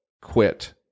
quit